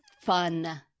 fun